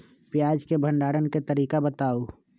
प्याज के भंडारण के तरीका बताऊ?